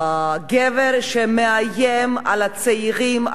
גבר שמאיים על צעירים,